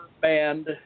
Band